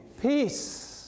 Peace